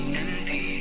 empty